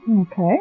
Okay